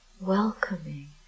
welcoming